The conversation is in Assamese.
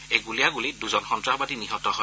এই গুলীয়াণ্ডলিত দুজন সন্ত্ৰাসবাদী নিহত হয়